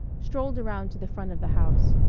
strolled around to the front of the house.